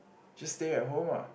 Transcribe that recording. just stay at home ah